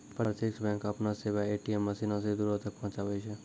प्रत्यक्ष बैंक अपनो सेबा ए.टी.एम मशीनो से दूरो तक पहुचाबै छै